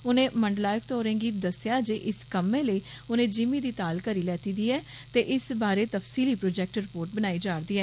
उनें मंडलायुक्त होरें गी दस्सेआ जे इस कम्मै लेई उनें जिमीं दी ताल करी लैती दी ऐ ते इस बारै तफसीली प्रोजैक्ट रिपोर्ट बनाई जा रदी ऐ